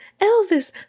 Elvis